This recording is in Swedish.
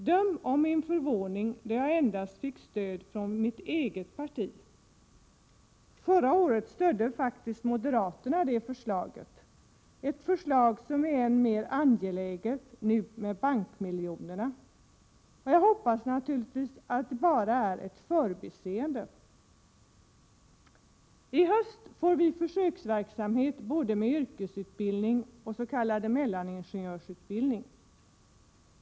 Döm om min förvåning då jag endast fick stöd från mitt eget parti. Förra året stödde faktiskt moderaterna förslaget — ett förslag som är än mer angeläget nu, med tanke på bankmiljonerna. Jag hoppas naturligtvis att det inträffade enbart beror på ett förbiseende. I höst får vi en försöksverksamhet både med yrkesutbildning och med s.k. mellaningenjörsutbildning.